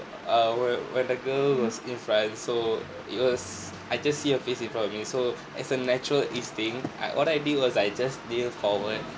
err when when the girl was in front so it was I just see her face you in front of me so it's a natural instinct uh what I did was I just kneel forward